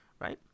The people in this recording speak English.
right